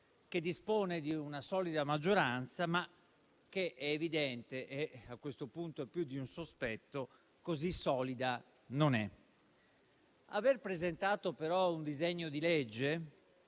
che dispone di una solida maggioranza. È però evidente - e a questo punto è più di un sospetto - che così solida non è. Aver presentato però un disegno di legge